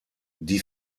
die